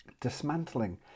dismantling